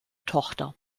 tochter